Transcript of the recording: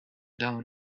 down